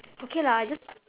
okay lah I just